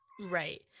Right